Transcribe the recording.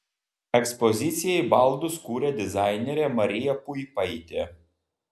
ekspozicijai baldus kuria dizainerė marija puipaitė